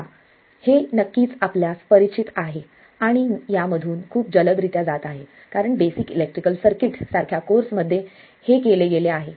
आता हे नक्कीच आपल्यास परिचित आहे आणि मी यामधून खूप जलद रित्या जात आहे कारण बेसिक इलेक्ट्रिकल सर्किट्स सारख्या कोर्समध्ये हे केले गेले आहे